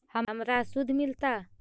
हमरा शुद्ध मिलता?